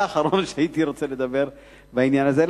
אתה האחרון שהייתי רוצה לדבר, בעניין הזה.